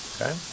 Okay